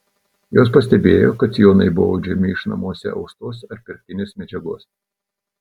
jos pastebėjo kad sijonai buvo audžiami iš namuose austos ar pirktinės medžiagos